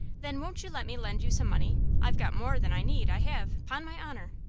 then, won't you let me lend you some money? i've got more than i need, i have, pon my honor.